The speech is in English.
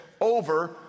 over